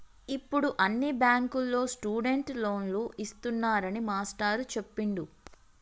ఇప్పుడు అన్ని బ్యాంకుల్లో స్టూడెంట్ లోన్లు ఇస్తున్నారని మాస్టారు చెప్పిండు